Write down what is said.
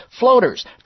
Floaters